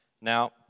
Now